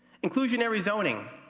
inclusion ary zoning.